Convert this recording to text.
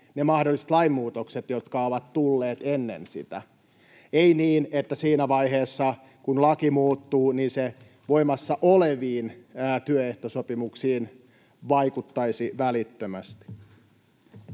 ne mahdolliset lainmuutokset, jotka ovat tulleet ennen sitä — ei niin, että siinä vaiheessa, kun laki muuttuu, se vaikuttaisi voimassa oleviin työehtosopimuksiin välittömästi.